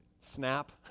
snap